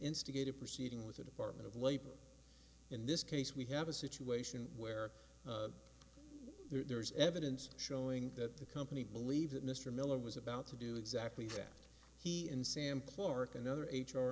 instigate a proceeding with the department of labor in this case we have a situation where there's evidence showing that the company believes that mr miller was about to do exactly that he and sam clark and other